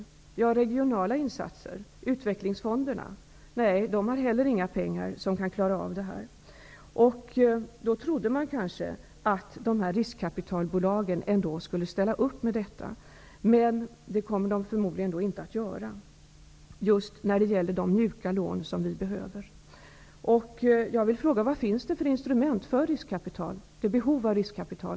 Skall man vänta sig regionala insatser eller skall man vända sig till utvecklingsfonderna? Nej, där finns heller inga pengar som kan klara av det här. Man trodde kanske att de här riskkapitalbolagen skulle ställa upp med de mjuka lån som behövs, men det kommer de förmodligen inte att göra. Vad finns det för instrument för att tillgodose behovet av riskkapital?